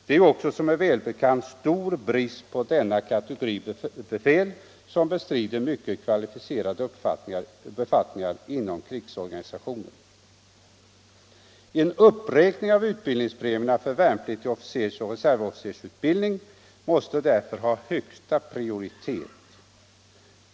Det är också välbekant att det råder stor brist på denna kategori befäl, som bestrider mycket kvalificerade befattningar inom krigsorganisationen. En uppräkning av utbildningspremierna för värnpliktigs officersoch reservofficersutbildning måste därför ha högsta prioritet.